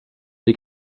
des